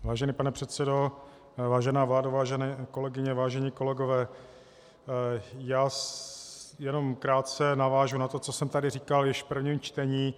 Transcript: Vážený pane předsedo, vážená vládo, vážené kolegyně, vážení kolegové, já jenom krátce navážu na to, co jsem tady říkal již v prvním čtení.